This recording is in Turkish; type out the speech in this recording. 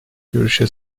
görüşe